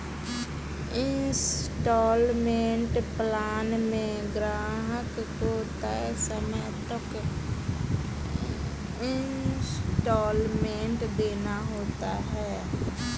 instalment plan में ग्राहक को तय समय तक इन्सटॉलमेंट देना होता है